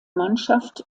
mannschaft